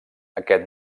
aquest